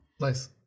Nice